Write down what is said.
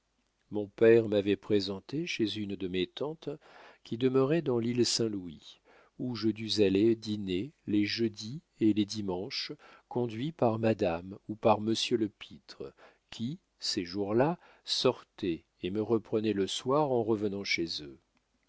mon père m'avait présenté chez une de mes tantes qui demeurait dans l'île saint-louis où je dus aller dîner les jeudis et les dimanches conduit par madame ou par monsieur lepître qui ces jours-là sortaient et me reprenaient le soir en revenant chez eux